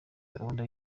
gahunda